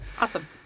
Awesome